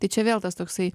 tai čia vėl tas toksai